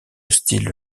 style